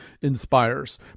inspires